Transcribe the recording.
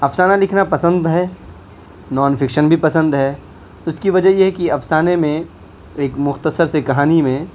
افسانہ لکھنا پسند ہے نون فکشن بھی پسند ہے اس کی وجہ یہ ہے کہ افسانہ میں ایک مختصر سی کہانی میں